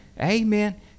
amen